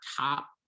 top